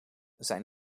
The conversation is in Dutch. zijn